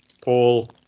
Paul